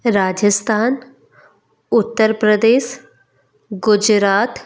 Rajasthan Uttar Pradesh Gujarat